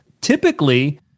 Typically